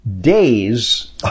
days